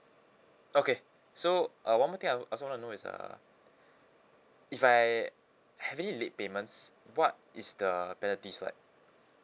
okay so uh one more thing I I also wanna know is uh if I have any late payments what is the penalties like